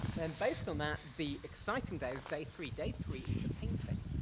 and based on that, the exciting day is day three. day three is the painting,